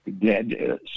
dead